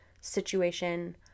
situation